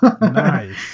Nice